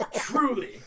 Truly